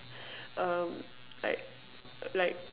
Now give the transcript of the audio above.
um like like